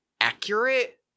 accurate